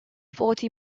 forty